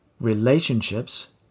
relationships